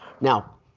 Now